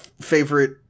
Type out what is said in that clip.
favorite